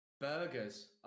burgers